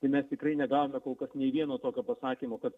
tai mes tikrai negavome kol kas nei vieno tokio pasakymo kad